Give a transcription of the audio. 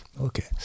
Okay